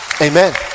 amen